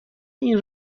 این